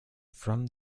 from